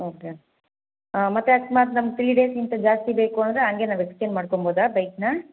okay ಮತ್ತೆ ಅಕಸ್ಮಾತ್ ನಮ್ಗೆ ತ್ರೀ ಡೇಸ್ಗಿಂತ ಜಾಸ್ತಿ ಬೇಕು ಅಂದರೆ ಹಂಗೆ ನಾವು ಎಕ್ಸ್ಚೇಂಜ್ ಮಾಡ್ಕೊಬೋದಾ ಬೈಕನ್ನ